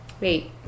Wait